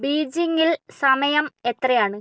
ബീജിംഗിൽ സമയം എത്രയാണ്